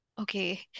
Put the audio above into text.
Okay